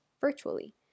virtually